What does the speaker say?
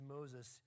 Moses